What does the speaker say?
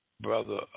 brother